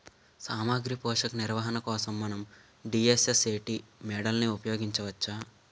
సామాగ్రి పోషక నిర్వహణ కోసం మనం డి.ఎస్.ఎస్.ఎ.టీ మోడల్ని ఉపయోగించవచ్చా?